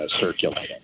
circulating